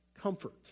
comfort